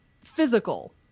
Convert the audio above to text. physical